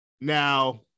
Now